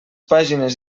pàgines